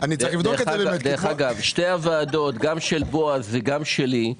גם של בועז וגם שלי,